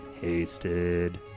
Hasted